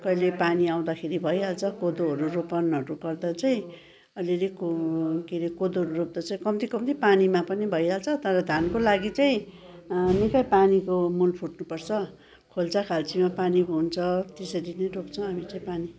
कहिले पानी आउँदा भइहाल्छ कोदोहरू रोपनहरू गर्दा चाहिँ अलिअलि को के अरे कोदोहरू रोप्दा चाहिँ कम्ती कम्ती पानीमा पनि भइहाल्छ तर धानको लागि चाहिँ निकै पानीको मूल फुट्नु पर्छ खोल्चाखाल्चीमा पानी हुन्छ त्यसरी नै रोप्छौँ हामी चाहिँ पानी